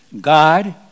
God